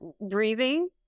breathing